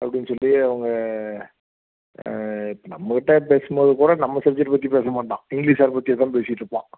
அப்படின்னு சொல்லி அவங்க நம்மகிட்டே பேசும்போது கூட நம்ம சப்ஜக்ட் பற்றி பேசமாட்டான் இங்கிலீஷ் சார் பற்றியேதான் பேசிகிட்ருப்பான்